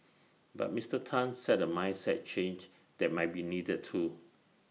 but Mister Tan said A mindset change that might be needed too